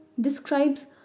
describes